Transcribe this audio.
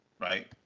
right